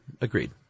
agreed